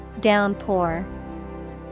Downpour